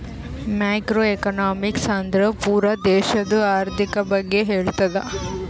macro economics ಅಂದುರ್ ಪೂರಾ ದೇಶದು ಆರ್ಥಿಕ್ ಬಗ್ಗೆ ಹೇಳ್ತುದ